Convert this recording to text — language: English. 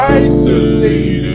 isolated